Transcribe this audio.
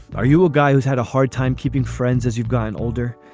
are you a guy who's had a hard time keeping friends as you've gotten older?